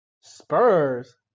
Spurs